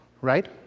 Right